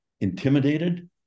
intimidated